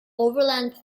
overland